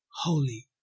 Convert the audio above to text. holy